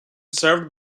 served